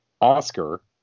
Oscar